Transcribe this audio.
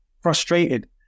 frustrated